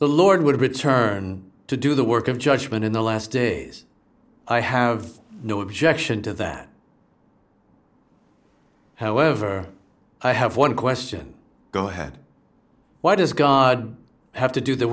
the lord would return to do the work of judgment in the last days i have no objection to that however i have one question go ahead why does god have to do the